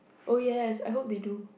oh yes I hope they do